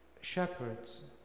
shepherds